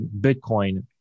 Bitcoin